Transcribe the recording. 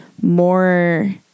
more